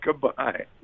Goodbye